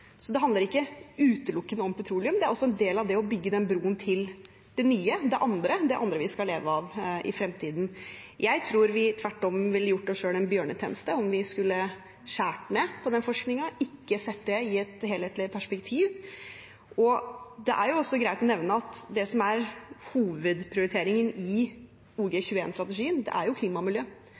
Så det handler ikke utelukkende om petroleum. Det er også en del av å bygge bro til det nye, det andre, som vi skal leve av i fremtiden. Jeg tror vi tvert om ville gjort oss selv en bjørnetjeneste om vi skulle skåret ned på den forskningen og ikke sett det i et helhetlig perspektiv. Det er jo også greit å nevne at det som er hovedprioriteringen i OG21-strategien, er klima og miljø. Det er